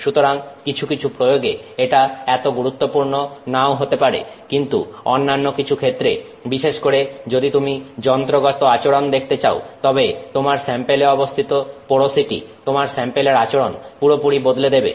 সুতরাং কিছু কিছু প্রয়োগে এটা এত গুরুত্বপূর্ণ নাও হতে পারে কিন্তু অন্যান্য কিছু ক্ষেত্রে বিশেষ করে যদি তুমি যন্ত্রগত আচরণ দেখতে চাও তবে তোমার স্যাম্পেলে অবস্থিত পোরোসিটি তোমার স্যাম্পেলের আচরণ পুরোপুরি বদলে দেবে